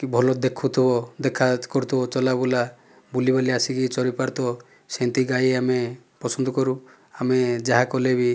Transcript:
କି ଭଲ ଦେଖୁଥିବ ଦେଖା କରୁଥିବ ଚଲାବୁଲା ବୁଲି ବୁଲି ଆସିକି ଚରିପାରୁଥିବ ସେମିତି ଗାଈ ଆମେ ପସନ୍ଦ କରୁ ଆମେ ଯାହା କଲେ ବି